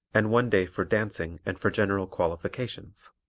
and one day for dancing and for general qualifications.